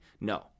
No